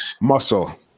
Muscle